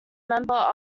member